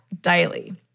daily